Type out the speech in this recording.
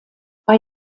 bei